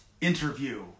interview